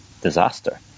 disaster